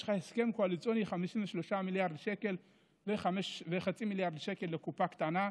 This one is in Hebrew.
יש לך הסכם קואליציוני על 53 מיליארד שקל וחצי מיליארד שקל לקופה קטנה,